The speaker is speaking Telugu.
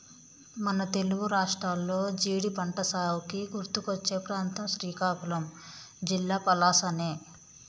మన తెలుగు రాష్ట్రాల్లో జీడి పంటసాగుకి గుర్తుకొచ్చే ప్రాంతం శ్రీకాకుళం జిల్లా పలాసనే